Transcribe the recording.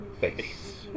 face